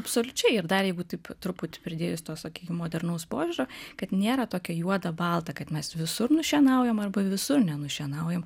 absoliučiai ir dar jeigu taip truputį pridėjus to sakykim modernaus požiūrio kad nėra tokio juoda balta kad mes visur nušienaujam arba visur nenušienaujam